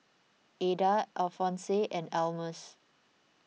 Adah Alphonse and Almus